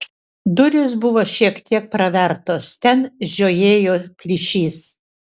durys buvo šiek tiek pravertos ten žiojėjo plyšys